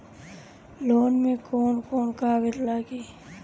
Loan में कौन कौन कागज लागी?